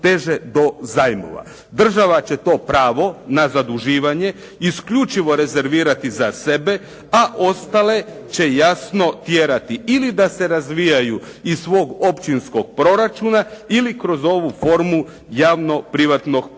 Država će to pravo na zaduživanje isključivo rezervirati za sebe a ostale će jasno tjerati ili da se razvijaju iz svog općinskog proračuna ili kroz ovu formu javno-privatnog partnerstva.